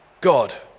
God